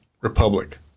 republic